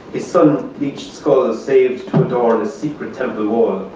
his sun-bleached skull and saved to adorn a secret temple wall.